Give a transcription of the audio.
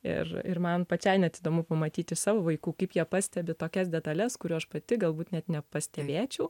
ir ir man pačiai net įdomu pamatyt iš savo vaikų kaip jie pastebi tokias detales kurių aš pati galbūt net nepastebėčiau